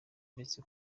uretse